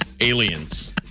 aliens